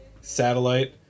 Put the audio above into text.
satellite